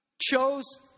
chose